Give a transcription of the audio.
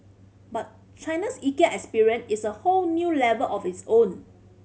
but China's Ikea experience is a whole new level of its own